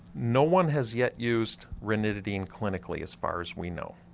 no one has yet used ranitidine clinically as far as we know.